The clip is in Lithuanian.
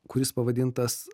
kuris pavadintas